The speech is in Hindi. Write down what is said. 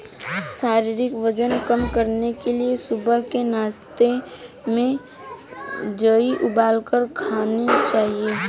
शारीरिक वजन कम करने के लिए सुबह के नाश्ते में जेई उबालकर खाने चाहिए